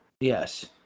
Yes